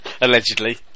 Allegedly